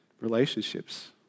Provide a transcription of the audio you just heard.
Relationships